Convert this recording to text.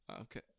okay